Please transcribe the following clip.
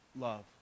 love